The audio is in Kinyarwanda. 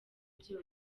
byose